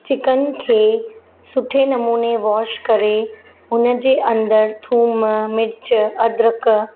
chicken खे सुठे नमूने वॉश करे हुन जे अंदरि थूम मिर्चु अदरक